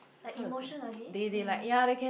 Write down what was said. like emotionally mm